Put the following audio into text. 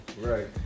Right